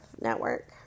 network